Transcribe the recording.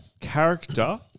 character